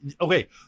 okay